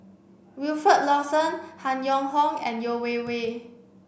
Wilfed Lawson Han Yong Hong and Yeo Wei Wei